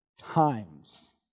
times